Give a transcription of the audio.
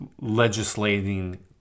legislating